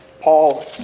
Paul